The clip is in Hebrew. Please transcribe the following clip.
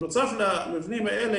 נוסף למבנים האלה,